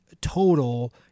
total